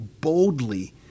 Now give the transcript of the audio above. boldly